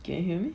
can you hear me